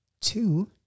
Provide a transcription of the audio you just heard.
two